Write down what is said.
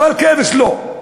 אבל כבש לא.